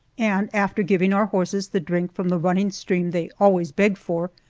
and after giving our horses the drink from the running stream they always beg for,